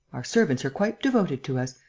our servants are quite devoted to us.